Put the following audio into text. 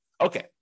Okay